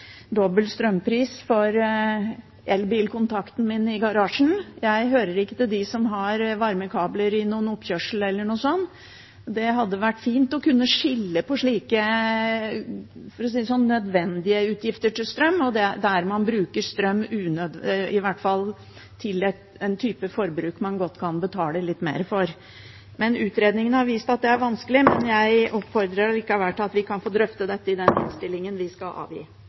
dobbel strømpris for elbilkontakten min i garasjen. Jeg hører ikke til dem som har varmekabler i noen oppkjørsel eller noe sånt. Det hadde vært fint å kunne skille på – for å si det sånn – nødvendige utgifter til strøm, og der man bruker til en type forbruk man godt kan betale litt mer for. Utredningene har vist at det er vanskelig, men jeg oppfordrer allikevel til at vi kan få drøftet dette i den innstillingen vi skal avgi.